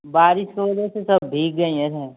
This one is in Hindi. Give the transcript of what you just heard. बारिश की वजह से सब भीग गई है सर